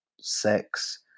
sex